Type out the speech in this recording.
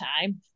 time